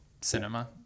cinema